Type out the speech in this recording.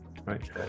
Right